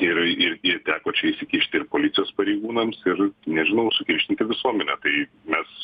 ir ir ir teko čia įsikišti ir policijos pareigūnams ir nežinau sukiršinti visuomenę tai mes